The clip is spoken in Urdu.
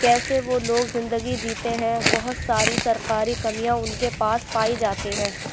کیسے وہ لوگ زندگی جیتے ہیں بہت ساری سرکاری کمیاں ان کے پاس پائی جاتی ہیں